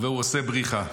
והוא עושה בריחה.